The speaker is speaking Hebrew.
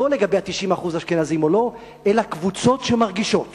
לא לגבי 90% האשכנזים או לא, אלא קבוצות שמרגישות